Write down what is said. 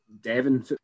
Devon